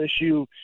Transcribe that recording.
issue